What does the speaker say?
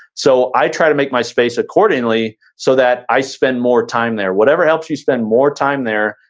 so i try to make my space accordingly so that i spend more time there. whatever helps you spend more time there,